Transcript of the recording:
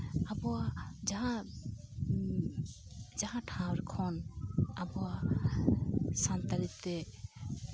ᱟᱵᱚᱣᱟᱜ ᱡᱟᱦᱟᱸ ᱡᱟᱦᱟᱸ ᱴᱷᱟᱶ ᱠᱷᱚᱱ ᱟᱵᱚᱣᱟᱜ ᱥᱟᱱᱛᱟᱲᱤ ᱛᱮ